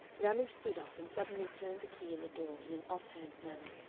ramage stood up, and suddenly turned the key in the door in an off-hand manner.